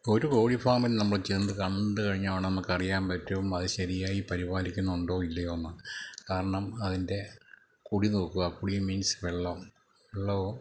ഒരു കോഴിഫാമിൽ നമ്മൾ ചെന്നു കണ്ടുകഴിഞ്ഞാലുടന് നമുക്ക് അറിയാൻ പറ്റും അത് ശരിയായി പരിപാലിക്കുന്നുണ്ടോ ഇല്ലയോന്ന് കാരണം അതിൻ്റെ കുടി നോക്കുക കുടി മീൻസ് വെള്ളം വെള്ളമോ